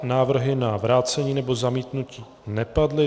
Návrhy na vrácení nebo zamítnutí nepadly.